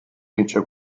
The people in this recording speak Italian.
vince